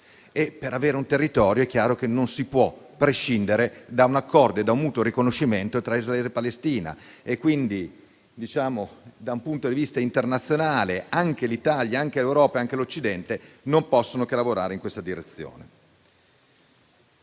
e, per avere un territorio, è chiaro che non si può prescindere da un accordo, da un mutuo riconoscimento tra Israele e Palestina. Da un punto di vista internazionale anche l'Italia, l'Europa e l'Occidente non possono che lavorare in questa direzione.